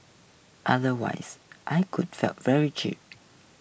otherwise I could feel very cheated